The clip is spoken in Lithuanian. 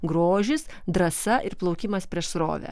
grožis drąsa ir plaukimas prieš srovę